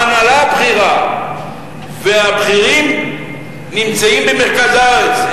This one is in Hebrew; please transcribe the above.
ההנהלה הבכירה והבכירים נמצאים במרכז הארץ.